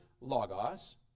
Logos